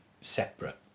separate